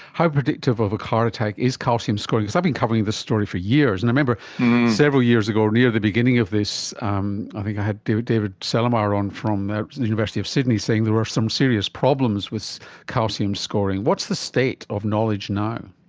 how predictive of a heart attack is calcium scoring, because i've been covering this story for years and i remember several years ago near the beginning of this um i think i had david david celermajer on from the university of sydney saying there were some serious problems with calcium scoring. what's the state of knowledge now?